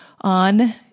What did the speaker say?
on